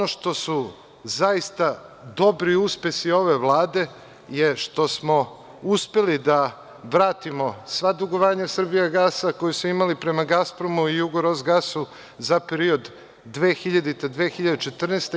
Ono što su zaista dobri uspesi ove Vlade je što smo uspeli da vratimo sva dugovanja Srbijagasa, koja smo imali prema Gaspromu i Jugoros gasu za period 2000. i 2014. godina.